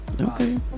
okay